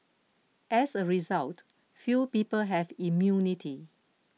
as a result few people have immunity